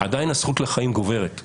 עדיין הזכות לחיים גוברת.